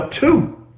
two